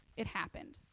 it happened.